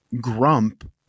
grump